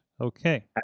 Okay